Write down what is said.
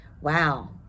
Wow